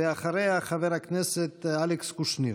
ואחריה, חבר הכנסת אלכס קושניר.